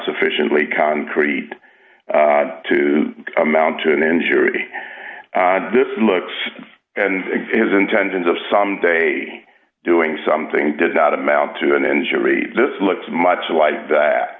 sufficiently concrete to amount to an injury this looks and his intentions of someday doing something did not amount to an injury this looks much like that